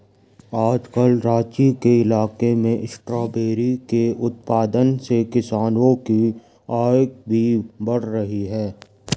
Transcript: आजकल राँची के इलाके में स्ट्रॉबेरी के उत्पादन से किसानों की आय भी बढ़ रही है